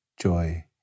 joy